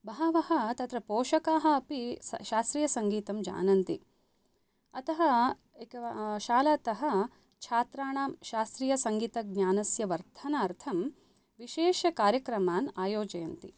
बहवः तत्र पोषकाः अपि शा शास्त्रीयसङ्गीतं जानन्ति अतः शालातः छात्राणां शास्त्रीयसङ्गीज्ञानस्य वर्धनार्थं विशेषकार्यक्रमान् आयोजयन्ति